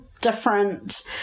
different